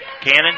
Cannon